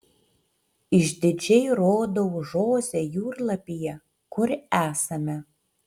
išdidžiai rodau žoze jūrlapyje kur esame